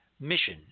mission